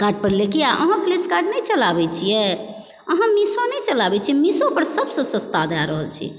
पर लए कऽ अहाँ फ्लिपकार्ट नइ चलाबै छियै अहाँ मिशो नहि चलाबै छियै मिशोपर सबसँ सस्ता दए रहल छै